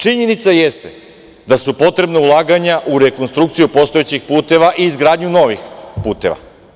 Činjenica jeste da su potrebna ulaganja u rekonstrukciju postojećih puteva i izgradnju novih puteva.